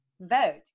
Vote